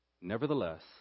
nevertheless